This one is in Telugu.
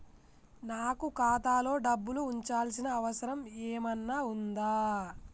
నాకు ఖాతాలో డబ్బులు ఉంచాల్సిన అవసరం ఏమన్నా ఉందా?